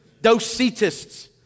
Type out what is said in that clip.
Docetists